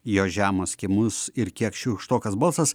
jo žemas kimus ir kiek šiurkštokas balsas